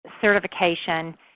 certification